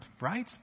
right